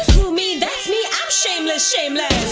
who me? that's me, i'm shameless, shameless!